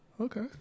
okay